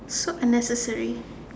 so unnecessary